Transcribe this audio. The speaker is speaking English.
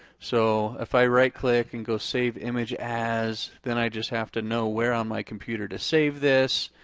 so if i right click and go save image as, then i just have to know where on my computer to save this.